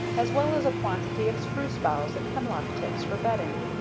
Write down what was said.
as well as a quantity of spruce boughs and hemlock tips for bedding.